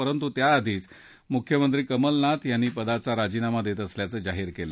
परंतु त्याआधीच मुख्यमंत्री कमलनाथ यांनी पदाचा राजीनामा देत असल्याचं जाहीर केलं